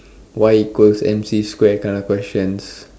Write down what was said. Y equals M C square kind of questions